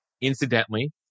Incidentally